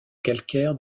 calcaire